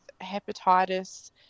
hepatitis –